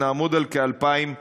נעמוד על כ-2,100.